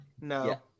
No